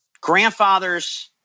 grandfather's